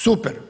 Super!